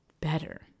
better